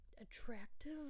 attractive